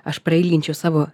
aš prailginčiau savo